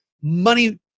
money